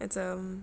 macam